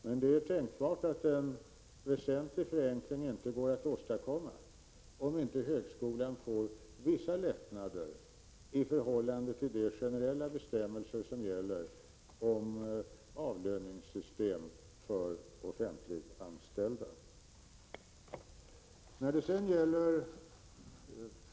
Men det är tänkbart att en väsentlig förenkling inte går att åstadkomma, om inte högskolan får vissa lättnader i förhållande till de generella bestämmelser som gäller om avlöningssystem för offentliganställda.